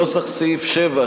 נוסח סעיף 7,